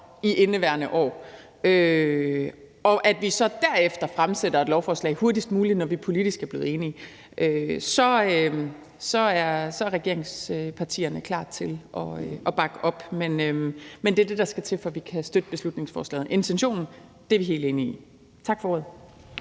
i indeværende år, og at vi så derefter fremsætter et lovforslag hurtigst muligt, når vi politisk er blevet enige, så er regeringspartierne klar til at bakke det op. Men det er det, der skal til, for at vi kan støtte beslutningsforslaget. Intentionen er vi helt enige i. Tak for ordet.